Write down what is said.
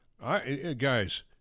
Guys